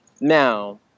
Now